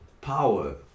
power